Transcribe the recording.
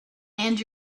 and